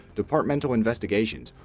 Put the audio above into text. departmental investigations,